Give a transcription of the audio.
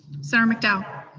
senator mcdowell?